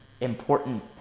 important